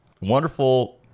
wonderful